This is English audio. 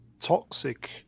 toxic